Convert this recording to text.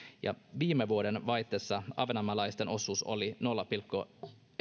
ja viime vuodenvaihteessa ahvenanmaalaisten osuus oli nolla pilkku